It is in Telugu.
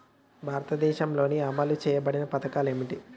భారతదేశంలో అమలు చేయబడిన పథకాలు ఏమిటి?